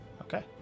Okay